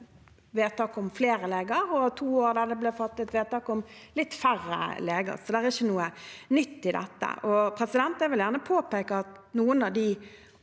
vedtak om flere leger, og to år da det ble fattet vedtak om litt færre leger. Så det er ikke noe nytt i dette. Jeg vil gjerne påpeke at noen av de